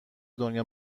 دنیا